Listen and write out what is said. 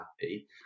happy